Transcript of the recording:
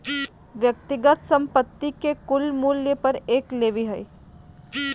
व्यक्तिगत संपत्ति के कुल मूल्य पर एक लेवी हइ